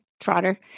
Trotter